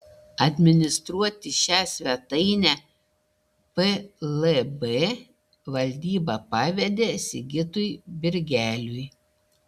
administruoti šią svetainę plb valdyba pavedė sigitui birgeliui